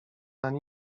ani